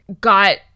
got